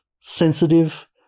sensitive